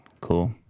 Cool